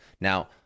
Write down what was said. now